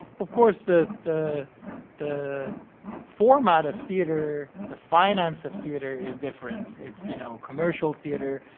of course the. the the format of theater, the finance of theater is different. it's, you know, commercial theater,